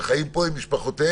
שחיים פה עם משפחותיהם,